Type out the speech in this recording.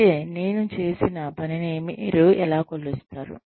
అయితే నేను చేసిన పనిని మీరు ఎలా కొలుస్తారు